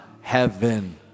heaven